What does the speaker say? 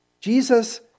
Jesus